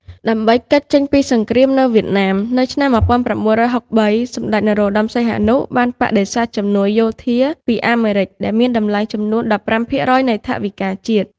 ដើម្បីគេចចេញពីសង្រ្គាមនៅវៀតណាមនៅឆ្នាំ១៩៦៣ សម្តេច នរោមសីហនុបានបដិសេធជំនួយយោធាពី អាមេរិក ដែលមានតម្លៃចំនួន១៥ភាគរយនៃថវិកាជាតិ។